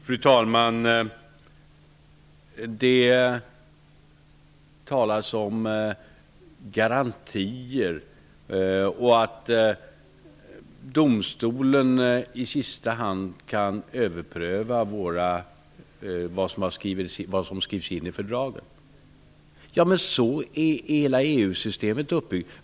Fru talman! Det talas om garantier och om att domstolen i sista hand kan överpröva vad som har skrivits in i fördragen. Så är hela EU-systemet uppbyggt.